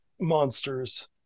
monsters